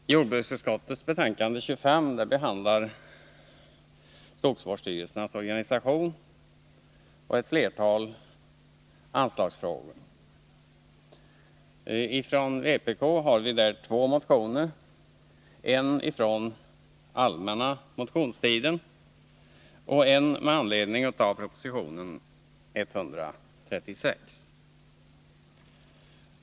Herr talman! I jordbruksutskottets betänkande 25 behandlas skogsvårdsstyrelsernas organisation och ett flertal anslagsfrågor. Vpk har här två motioner, en från allmänna motionstiden och en med anledning av proposition 136.